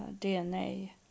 DNA